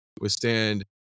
withstand